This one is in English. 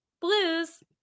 Blues